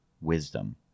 wisdom